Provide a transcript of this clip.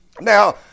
Now